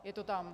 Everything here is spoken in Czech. Je to tam.